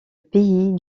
pays